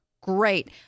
great